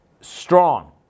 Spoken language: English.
strong